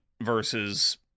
versus